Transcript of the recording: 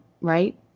right